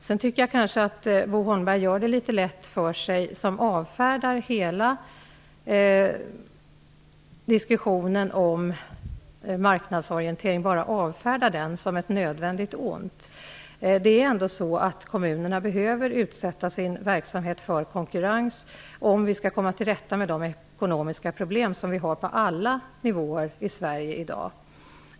Jag tycker att Bo Holmberg gör det lätt för sig när han avfärdar hela diskussionen om marknadsorientering som ett nödvändigt ont. Kommunerna behöver utsätta verksamheten för konkurrens för att komma till rätta med de ekonomiska problem som finns på alla nivåer i Sverige i dag.